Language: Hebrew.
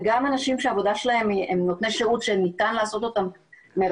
וגם אנשים שהעבודה שלהם הם נותני שירות שניתן לעשות אותו מרחוק,